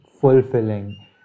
fulfilling